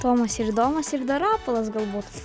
tomas ir domas ir dar rapolas galbūt